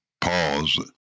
pause